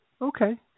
Okay